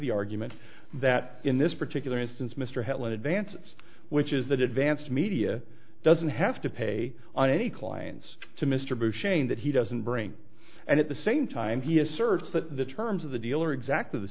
the argument that in this particular instance mr headland advance which is that advanced media doesn't have to pay on any clients to mr bush ain that he doesn't bring and at the same time he asserts that the terms of the deal are exactly the